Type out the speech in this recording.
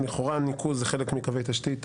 לכאורה ניקוז זה חלק מקווי תשתית.